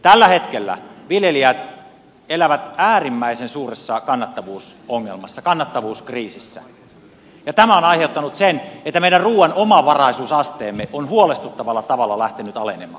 tällä hetkellä viljelijät elävät äärimmäisen suuressa kannattavuusongelmassa kannattavuuskriisissä ja tämä on aiheuttanut sen että meidän ruuan omavaraisuusasteemme on huolestuttavalla tavalla lähtenyt alenemaan